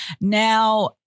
Now